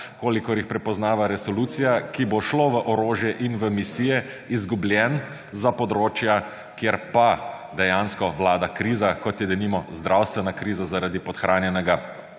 kolikor jih prepoznava resolucija, ki bo šlo v orožje in v misije, izgubljen za področja, kjer pa dejansko vlada kriza. Kot je denimo zdravstvena kriza zaradi podhranjenega